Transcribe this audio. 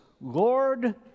Lord